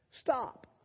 stop